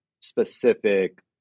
specific